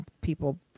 people